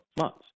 months